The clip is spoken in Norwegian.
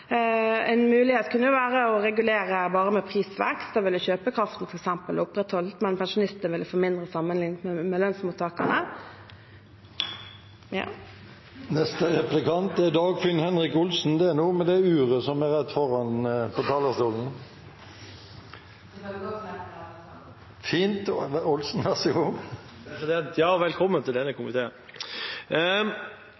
kunne jo vært løst på mange måter. Én mulighet kunne være å regulere bare med prisvekst. Da ville kjøpekraften f.eks. blitt opprettholdt, men pensjonister vil få mindre sammenliknet med lønnsmottakerne. Det er noe med det uret som er rett foran på talerstolen! Jeg skal følge godt med på det, president! Ja, velkommen til denne